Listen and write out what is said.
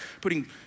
putting